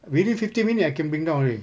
within fifteen minute I can bring down already